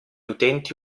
utenti